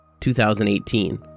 2018